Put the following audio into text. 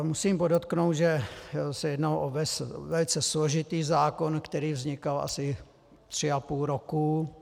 Musím podotknout, že se jednalo o velice složitý zákon, který vznikal asi tři a půl roku.